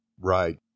Right